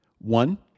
One